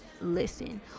listen